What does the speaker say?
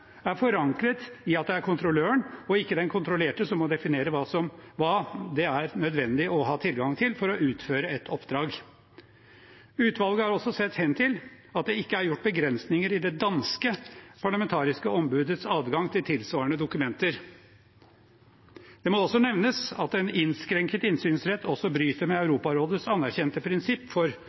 er forankret i at det er kontrolløren og ikke den kontrollerte som må definere hva det er nødvendig å ha tilgang til for å utføre et oppdrag. Utvalget har også sett hen til at det ikke er gjort begrensninger i det danske parlamentariske ombudets adgang til tilsvarende dokumenter. Det må også nevnes at en innskrenket innsynsrett bryter med Europarådets anerkjente prinsipp for